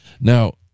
Now